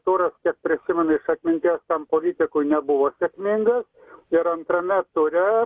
turas kiek prisimenu iš atminties tam politikui nebuvo sėkmingas ir antrame ture